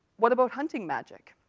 what about hunting magic?